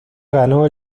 ganó